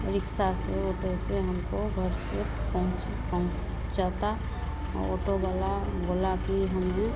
रिक्सा से ओटो से हमको घर से पहुँच पहुँचाता ओटो वाला बोला कि हमें